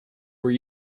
were